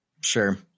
sure